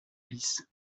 bis